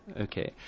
Okay